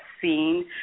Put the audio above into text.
seen